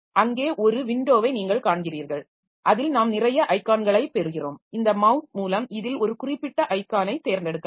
அங்கே ஒரு விண்டோவை நீங்கள் காண்கிறீர்கள் அதில் நாம் நிறைய ஐகான்களைப் பெறுகிறோம் இந்த மவ்ஸ் மூலம் இதில் ஒரு குறிப்பிட்ட ஐகானைத் தேர்ந்தெடுக்கலாம்